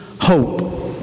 hope